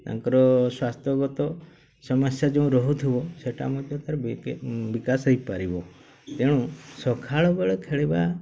ତାଙ୍କର ସ୍ୱାସ୍ଥ୍ୟଗତ ସମସ୍ୟା ଯେଉଁ ରହୁଥିବ ସେଇଟା ମଧ୍ୟ ତାର ବିକାଶ ହେଇପାରିବ ତେଣୁ ସକାଳ ବେଳେ ଖେଳିବା